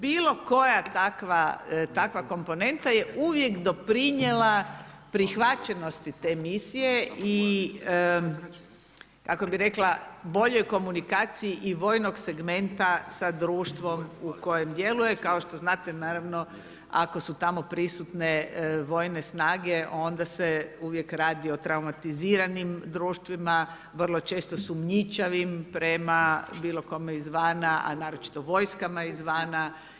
Bilo koja takva komponenta je uvijek doprinijela prihvaćenosti te misije i kako bih rekla boljoj komunikaciji vojnog segmenta sa društvom u kojem djeluje kao što znate naravno ako su tamo prisutne vojne snage onda se uvijek radi o traumatiziranim društvima, vrlo često sumnjičavim prema bilo kome izvana, a naročito vojskama izvana.